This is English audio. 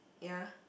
yea